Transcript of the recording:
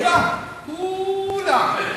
כ-ו-ל-ם.